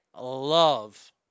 love